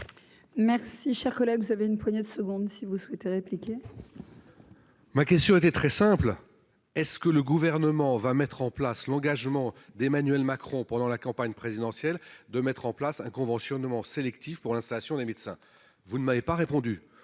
Merci, cher collègue, vous avez une poignée de secondes, si vous souhaitez répliquer. Ma question était très simple est-ce que le gouvernement va mettre en place l'engagement d'Emmanuel Macron, pendant la campagne présidentielle de mettre en place un conventionnement sélectif pour l'installation des médecins, vous ne m'avez pas répondu,